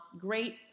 Great